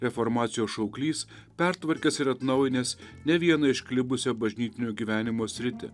reformacijos šauklys pertvarkęs ir atnaujinęs ne vieną išklibusią bažnytinio gyvenimo sritį